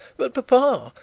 but, papa,